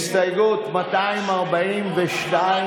הסתייגות 242,